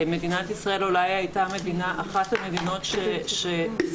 מדינת ישראל אולי הייתה אחת המדינות שהשכילו